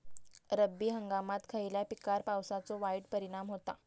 रब्बी हंगामात खयल्या पिकार पावसाचो वाईट परिणाम होता?